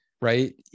right